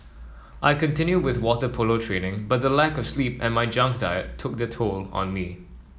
I continued with water polo training but the lack of sleep and my junk diet took their toll on me